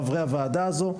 חברי הוועדה הזו,